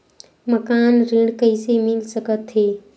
मकान ऋण कइसे मिल सकथे?